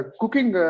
cooking